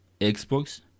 Xbox